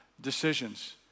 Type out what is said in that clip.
decisions